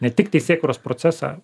ne tik teisėkūros procesą